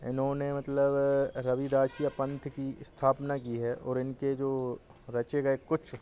इन्होंने मतलब रविदासिया पंथ की स्थापना की है और इनके जो रचे गए कुछ